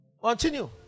continue